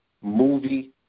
movie